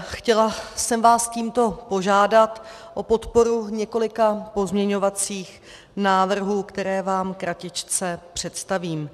Chtěla jsem vás tímto požádat o podporu v několika pozměňovacích návrzích, které vám kratičce představím.